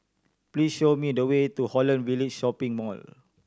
please show me the way to Holland Village Shopping Mall